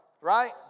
right